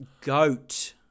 goat